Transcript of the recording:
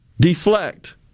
deflect